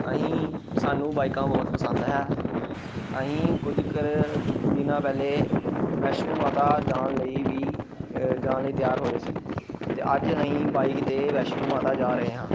ਅਸੀਂ ਸਾਨੂੰ ਬਾਈਕਾਂ ਬਹੁਤ ਪਸੰਦ ਹੈ ਅਸੀਂ ਕੁਝ ਕੁ ਦਿਨਾਂ ਪਹਿਲੇ ਵੈਸ਼ਨੋ ਮਾਤਾ ਜਾਣ ਲਈ ਵੀ ਜਾਣ ਲਈ ਤਿਆਰ ਹੋਏ ਸੀ ਅਤੇ ਅੱਜ ਅਸੀਂ ਬਾਈਕ 'ਤੇ ਵੈਸ਼ਨੂੰ ਮਾਤਾ ਜਾ ਰਹੇ ਹਾਂ